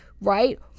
right